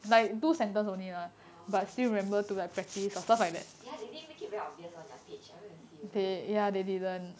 oh ya they didn't make it very obvious on their page I went to see also